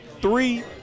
three